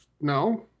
no